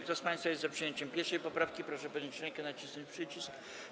Kto z państwa jest za przyjęciem 1. poprawki, proszę podnieść rękę i nacisnąć przycisk.